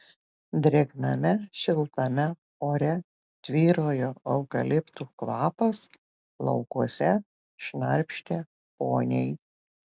drėgname šiltame ore tvyrojo eukaliptų kvapas laukuose šnarpštė poniai